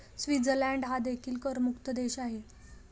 Switzerland हा देखील करमुक्त देश आहे